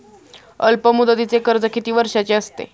अल्पमुदतीचे कर्ज किती वर्षांचे असते?